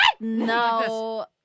No